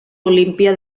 olímpia